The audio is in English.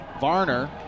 Varner